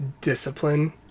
discipline